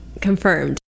confirmed